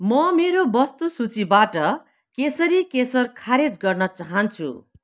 म मेरो वस्तु सूचीबाट केसरी केसर खारेज गर्न चाहन्छु